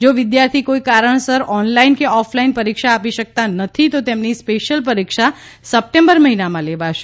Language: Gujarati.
જો વિદ્યાર્થી કોઈ કારણસર ઓનલાઈન કે ઓફલાઈન પરીક્ષા આપી શકતા નથી તો સ્પેશિયલ પરીક્ષા સપ્ટેમ્બર મહિનામાં લેવાશે